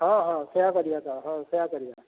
ହଁ ହଁ ସେୟା କରିବା ତ ହଁ ସେୟା କରିବା